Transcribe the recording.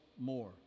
more